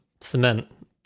cement